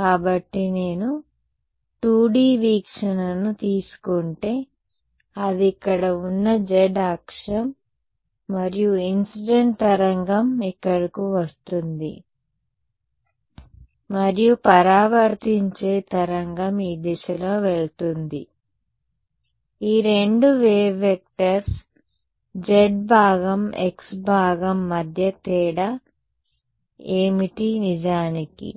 కాబట్టి నేను 2D వీక్షణను తీసుకుంటే ఇది ఇక్కడ ఉన్న z అక్షం మరియు ఇన్సిడెంట్ తరంగం ఇక్కడకు వస్తుంది మరియు పరావర్తించే తరంగం ఈ దిశలో వెళుతుంది ఈ రెండు వేవ్ వెక్టర్స్ z భాగం x భాగం మధ్య తేడా ఏమిటి నిజానికి